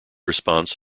response